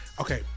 Okay